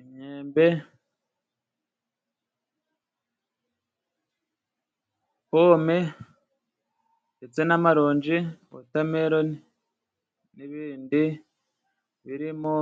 imyembe, pome, ndetse n'amaronji, wotameloni, n'ibindi birimo.